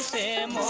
enne